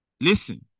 Listen